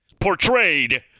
portrayed